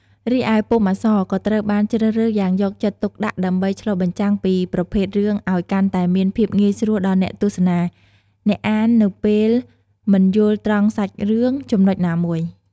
រីឯពុម្ពអក្សរ ក៏ត្រូវបានជ្រើសរើសយ៉ាងយកចិត្តទុកដាក់ដើម្បី ឆ្លុះបញ្ចាំងពីប្រភេទរឿងអោយកាន់តែមានភាពងាយស្រួលដល់អ្នកទស្សនា អ្នកអាននៅពេលមិនយល់ត្រង់សាច់រឿងចំណុចណាមួយ ។